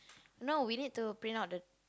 no we need to print out the